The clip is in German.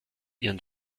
ihren